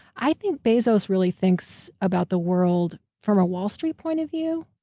i think bezos really thinks about the world from a wall street point of view.